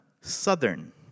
Southern